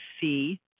see